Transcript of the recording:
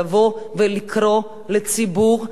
לבוא ולקרוא לציבור,